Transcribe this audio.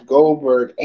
Goldberg